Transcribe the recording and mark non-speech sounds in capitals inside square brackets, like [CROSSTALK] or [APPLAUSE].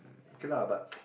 okay lah but [LAUGHS]